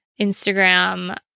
Instagram